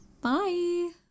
Bye